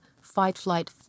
fight-flight